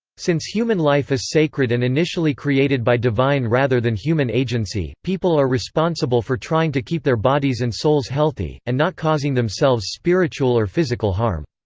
since human life is sacred and initially created by divine rather than human agency, people are responsible for trying to keep their bodies and souls healthy, and not causing themselves spiritual or physical harm.